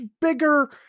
bigger